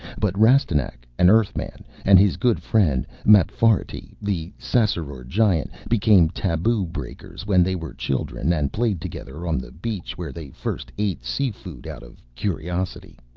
but rastignac, an earthman, and his good friend, mapfarity, the ssassaror giant, became taboo-breakers when they were children and played together on the beach where they first ate seafood out of curiosity,